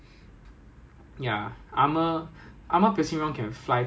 ya it's called what A_P_F_S_D_S 叫什么